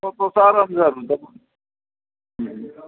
તો તો સારામાં સારું